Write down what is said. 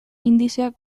indizeak